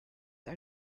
are